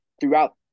throughout